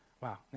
Wow